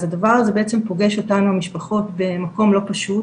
אז הדבר הזה בעצם פוגש אותנו המשפחות במקום לא פשוט